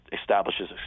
establishes